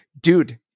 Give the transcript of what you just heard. dude